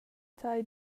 tei